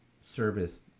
service